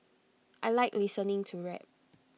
I Like listening to rap